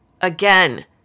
Again